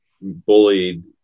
bullied